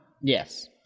Yes